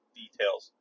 details